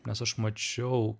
nes aš mačiau